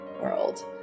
world